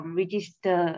register